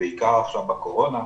ובעיקר עכשיו בקורונה,